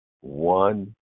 One